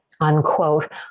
unquote